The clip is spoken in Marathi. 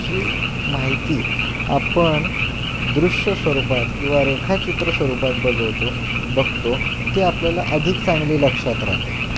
जी माहिती आपण दृश्य स्वरूपात किंवा रेखाचित्र स्वरूपात बघवतो बघतो ते आपल्याला अधिक चांगली लक्षात राहते